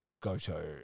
Goto